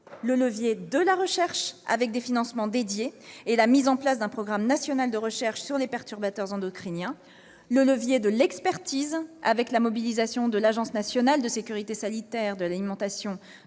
le levier de la recherche, avec des financements dédiés, et la mise en place d'un programme national de recherche sur les perturbateurs endocriniens ; le levier de l'expertise, avec la mobilisation de l'Agence nationale de sécurité sanitaire de l'alimentation,